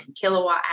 kilowatt